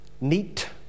neat